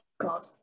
God